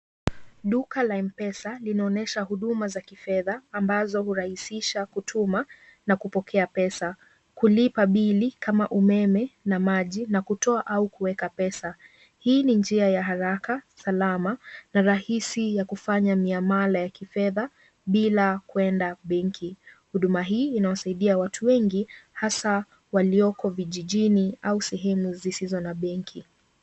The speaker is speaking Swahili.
Duka la Mpesa linaonesha huduma za kifedha ambazo hurahisisha kutuma na kupokea pesa, kulipa bili kama umeme na maji na kutoa au kuweka pesa. Hii ni njia ya haraka ,salama na rahisi ya kufanya mnyamala ya kifedha bila kwenda benki, Huduma hii inawasaidia watu wengi hasaa walioko vijijini au sehemu zisizo na benki.